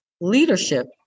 leadership